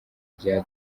rya